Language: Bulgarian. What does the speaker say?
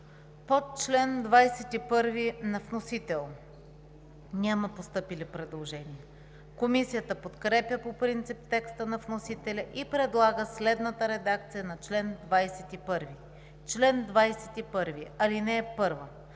По чл. 37 на вносител няма постъпили предложения. Комисията подкрепя по принцип текста на вносителя и предлага следната редакция на чл. 37: „Чл. 37.